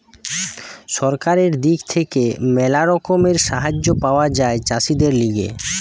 সরকারের দিক থেকে ম্যালা রকমের সাহায্য পাওয়া যায় চাষীদের লিগে